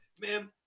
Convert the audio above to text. Ma'am